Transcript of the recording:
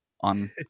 on